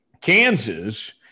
Kansas